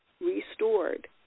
restored